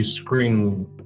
screen